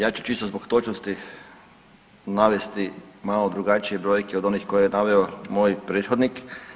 Ja ću čisto zbog točnosti navesti malo drugačije brojke od onih koje je naveo moj prethodnik.